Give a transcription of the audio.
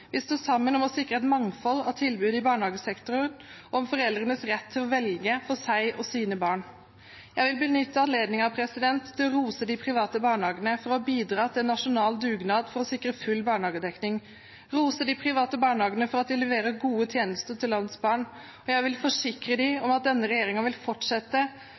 Vi står sammen om å sikre et mangfold av tilbud i barnehagesektoren og foreldrenes rett til å velge for seg og sine barn. Jeg vil benytte anledningen til å rose de private barnehagene for å ha bidratt til en nasjonal dugnad for å sikre full barnehagedekning. Jeg vil rose de private barnehagene for at de leverer gode tjenester til landets barn, og jeg vil forsikre dem om at denne regjeringen vil fortsette